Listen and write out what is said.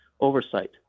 oversight